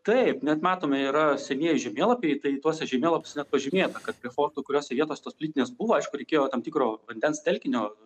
taip net matome yra senieji žemėlapiai tai tuose žemėlapiuose net pažymėta kad prie fortų kuriose vietose tos plytinės buvo aišku reikėjo tam tikro vandens telkinio